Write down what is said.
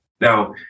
Now